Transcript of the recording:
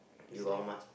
you got how much